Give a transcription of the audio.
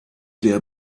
der